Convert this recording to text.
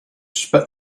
spit